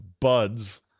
buds